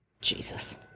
Jesus